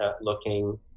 looking